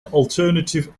alternative